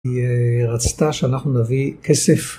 היא רצתה שאנחנו נביא כסף.